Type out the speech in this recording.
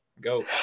Go